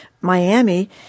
Miami